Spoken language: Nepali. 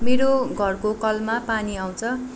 मेरो घरको कलमा पानी आउँछ